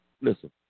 Listen